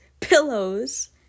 pillows